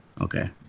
okay